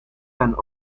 ten